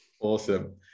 Awesome